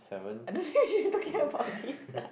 uh seven